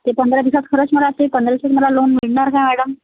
ते पंधरा दिवसात खरंच मला ते पंधरा दिवसात मला लोन मिळणार का मॅडम